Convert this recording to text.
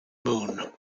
moon